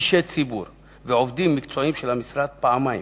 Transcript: אישי ציבור ועובדים מקצועיים של המשרד, פעמיים,